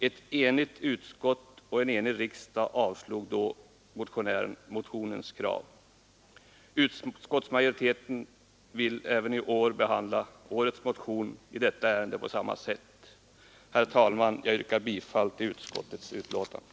Ett enigt utskott och en enig riksdag avslog motionskravet. Utskottsmajori teten vill behandla årets motion i detta ärende på samma sätt. Herr talman! Jag yrkar bifall till utskottets hemställan.